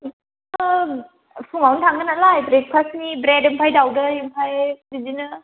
ओ फुंआवनो थांगोन नालाय ब्रेकफास्तनि ब्रेड ओमफ्राय दाउदै ओमफ्राय बिदिनो